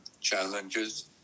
challenges